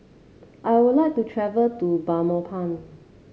I would like to travel to Belmopan